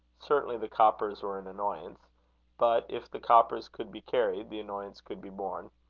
certainly the coppers were an annoyance but if the coppers could be carried, the annoyance could be borne.